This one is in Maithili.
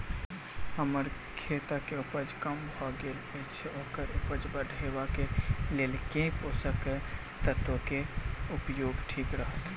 हम्मर खेतक उपज कम भऽ गेल अछि ओकर उपज बढ़ेबाक लेल केँ पोसक तत्व केँ उपयोग ठीक रहत?